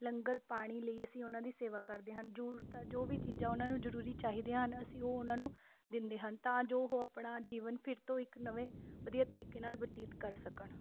ਲੰਗਰ ਪਾਣੀ ਲਈ ਅਸੀਂ ਉਹਨਾਂ ਦੀ ਸੇਵਾ ਕਰਦੇ ਹਨ ਜ਼ਰੂਰਤ ਆ ਜੋ ਵੀ ਚੀਜ਼ਾਂ ਉਹਨਾਂ ਨੂੰ ਜ਼ਰੂਰੀ ਚਾਹੀਦੀਆਂ ਹਨ ਅਸੀਂ ਉਹ ਉਹਨਾਂ ਨੂੰ ਦਿੰਦੇ ਹਨ ਤਾਂ ਜੋ ਉਹ ਆਪਣਾ ਜੀਵਨ ਫਿਰ ਤੋਂ ਇੱਕ ਨਵੇਂ ਵਧੀਆ ਤਰੀਕੇ ਨਾਲ ਬਤੀਤ ਕਰ ਸਕਣ